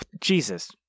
Jesus